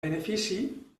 benefici